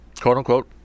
quote-unquote